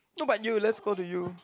no but you lets go to you